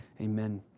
Amen